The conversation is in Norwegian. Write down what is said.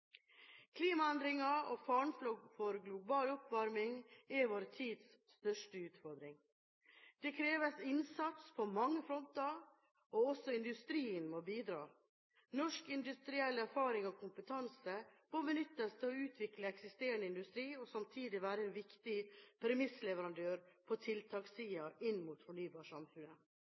Klimaendringene og faren for global oppvarming er vår tids største utfordringer. Det kreves innsats på mange fronter, og også industrien må bidra. Norsk industriell erfaring og kompetanse må benyttes til å utvikle eksisterende industri og samtidig være en viktig premissleverandør på tiltakssiden inn mot fornybarsamfunnet.